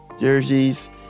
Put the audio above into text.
jerseys